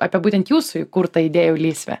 apie būtent jūsų įkurtą idėjų lysvę